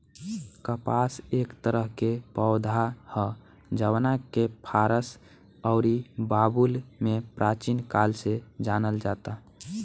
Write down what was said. कपास एक तरह के पौधा ह जवना के फारस अउरी बाबुल में प्राचीन काल से जानल जाता